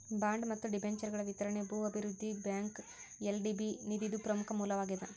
bond ಮತ್ತ ಡಿಬೆಂಚರ್ಗಳ ವಿತರಣಿ ಭೂ ಅಭಿವೃದ್ಧಿ ಬ್ಯಾಂಕ್ಗ ಎಲ್.ಡಿ.ಬಿ ನಿಧಿದು ಪ್ರಮುಖ ಮೂಲವಾಗೇದ